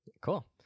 Cool